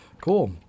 Cool